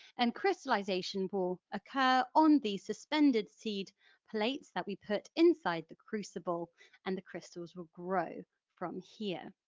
and crystallisation will occur on the suspended seed plates that we put inside the crucible and the crystals will grow from here.